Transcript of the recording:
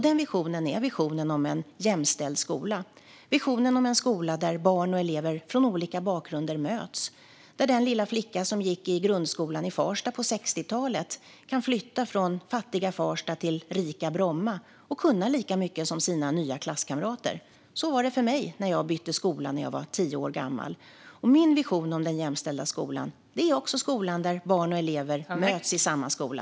Denna vision är en vision om en jämställd skola där barn och elever från olika bakgrunder möts. Det är en skola som gjorde att den lilla flicka som gick i grundskolan i Farsta på 60-talet kunde flytta från fattiga Farsta till rika Bromma och kunde lika mycket som sina nya klasskamrater. Så var det för mig när jag bytte skola då jag var tio år gammal. Min vision om den jämställda skolan är en skola där barn och elever möts i samma skola.